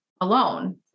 alone